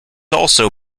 also